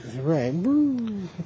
Right